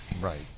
Right